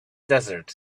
desert